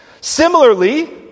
Similarly